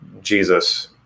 Jesus